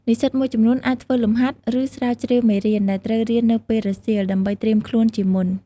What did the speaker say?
និស្សិតមួយចំនួនអាច ធ្វើលំហាត់ ឬស្រាវជ្រាវមេរៀន ដែលត្រូវរៀននៅពេលរសៀល ដើម្បីត្រៀមខ្លួនជាមុន។